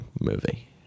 movie